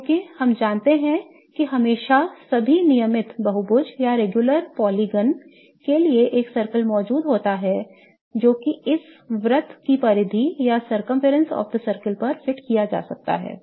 चूंकि हम जानते हैं कि हमेशा सभी नियमित बहुभुज के लिए एक circle मौजूद होता है जो कि इसे इस वृत्त की परिधि पर फिट किया जा सकता है